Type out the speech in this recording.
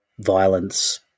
violence